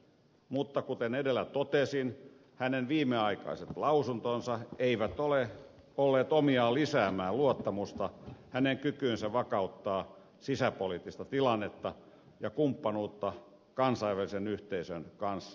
mutta kuten edellä totesin hänen viimeaikaiset lausuntonsa eivät ole olleet omiaan lisäämään luottamusta hänen kykyynsä vakauttaa sisäpoliittista tilannetta ja kumppanuutta kansainvälisen yhteisön kanssa